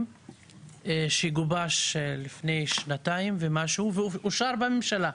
שגובש לפני שנתיים ומשהו ואושר בממשלה.